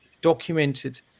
documented